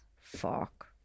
fuck